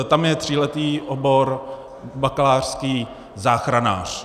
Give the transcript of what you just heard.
Tam je tříletý obor bakalářský záchranář.